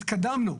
התקדמנו,